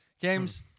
James